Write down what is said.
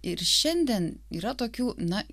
ir šiandien yra tokių na